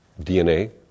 DNA